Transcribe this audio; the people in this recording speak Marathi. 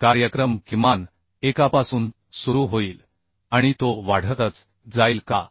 कार्यक्रम किमान एकापासून सुरू होईल आणि तो वाढतच जाईल का